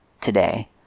today